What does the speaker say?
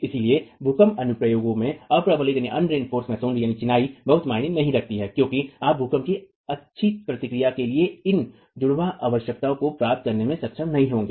इसलिए भूकंप अनुप्रयोगों में अ प्रबलित चिनाई बहुत मायने नहीं रखती है क्योंकि आप भूकंप की अच्छी प्रतिक्रिया के लिए इन जुड़वां आवश्यकताओं को प्राप्त करने में सक्षम नहीं होंगे